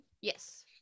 Yes